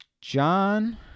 John